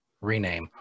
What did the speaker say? rename